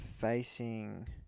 facing